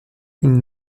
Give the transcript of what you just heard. une